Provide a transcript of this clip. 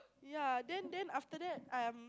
ya then then after that um